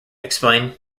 explain